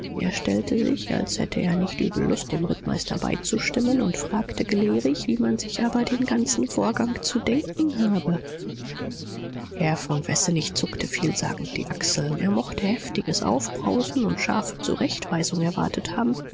er stellte sich als hätte er nicht übel lust dem rittmeister beizustimmen und fragte gelehrig wie man sich aber den ganzen vorgang zu denken habe herr von wessenig zuckte vielsagend die achseln er mochte heftiges aufbrausen und scharfe zurechtweisung erwartet haben